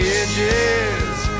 edges